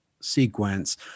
sequence